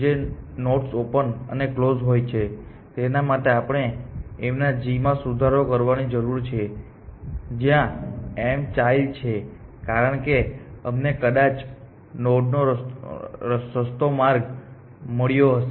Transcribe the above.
જે nodes open અને close હોય છે તેના માટે આપણે એમના g માં સુધારો કરવાની જરૂર છે જ્યાં m ચાઈલ્ડ છે કારણ કે અમને કદાચ નોડનો સસ્તો માર્ગ મળ્યો હશે